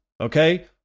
okay